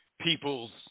People's